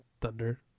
thunder